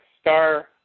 Star